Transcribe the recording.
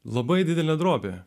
labai didelė drobė